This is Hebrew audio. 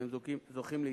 והם זוכים להתייחסות.